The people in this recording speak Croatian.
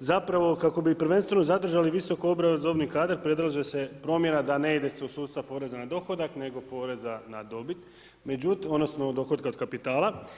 zapravo kako bi prvenstveno zadržali visoko obrazovni kadar predlaže se promjena da ne ide se u sustav poreza na dohodak nego poreza na dobit, međutim, odnosno dohotka od kapitala.